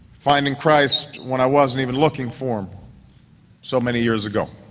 finding christ when i wasn't even looking for him so many years ago,